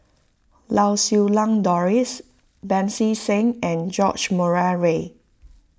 Lau Siew Lang Doris Pancy Seng and George Murray Reith